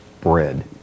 bread